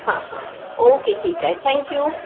हां हां ओके ठीक आहे थँक्यू